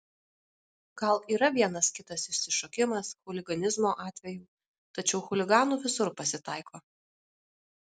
gal yra vienas kitas išsišokimas chuliganizmo atvejų tačiau chuliganų visur pasitaiko